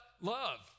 love